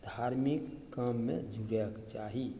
धार्मिक काममे जुड़यके चाही